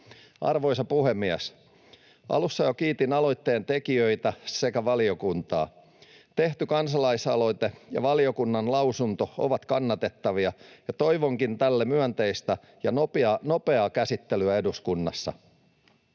Arvoisa puhemies! Alussa jo kiitin aloitteen tekijöitä sekä valiokuntaa. Tehty kansalais-aloite ja valiokunnan lausunto ovat kannatettavia, ja toivonkin tälle myönteistä ja nopeaa käsittelyä eduskunnassa.